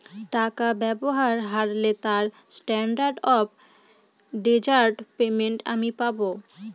টাকা ব্যবহার হারলে তার স্ট্যান্ডার্ড অফ ডেজার্ট পেমেন্ট আমি পাব